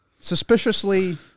suspiciously